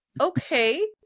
Okay